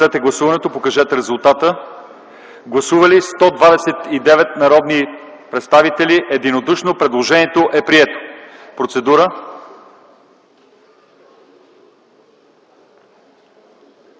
Предложението е прието